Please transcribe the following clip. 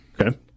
Okay